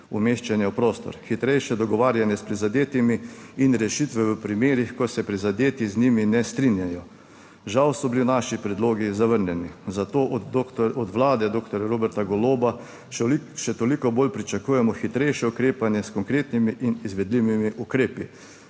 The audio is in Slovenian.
umeščanje v prostor, hitrejše dogovarjanje s prizadetimi in rešitve v primerih, ko se prizadeti z njimi ne strinjajo. Žal so bili naši predlogi zavrnjeni, zato od Vlade doktorja Roberta Goloba še toliko bolj pričakujemo hitrejše ukrepanje s konkretnimi in izvedljivimi ukrepi.